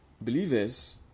Believers